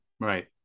Right